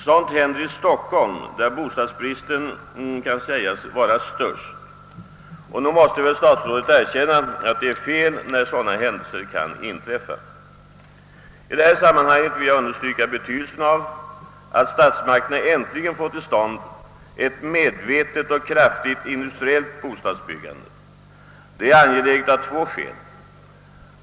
Sådant händer i Stockholm, där bostadsbristen kan anses vara störst. Nog måste väl statsrådet erkänna att det är fel när sådana händelser kan inträffa. I detta sammanhang vill jag understryka betydelsen av att statsmakterna äntligen får till stånd ett medvetet och kraftigt industriellt bostadsbyggande. Detta är angeläget av två skäl.